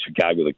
Chicago